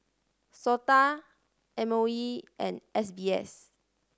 SOTA M O E and S B S